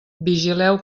vigileu